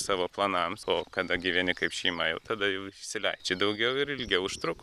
savo planams o kada gyveni kaip šeima jau tada jau išsileidžia daugiau ir ilgiau užtruko